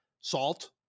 salt